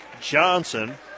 Johnson